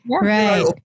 right